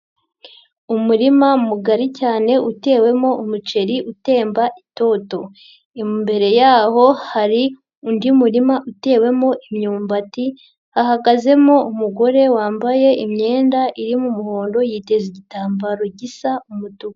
Umurima mugari cyane utewemo umuceri utemba itoto, imbere yaho hari undi murima utewemo imyumbati hahagazemo umugore wambaye imyenda irimo umuhondo yiteze igitambaro gisa umutuku.